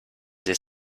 sich